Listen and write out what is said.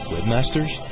Webmasters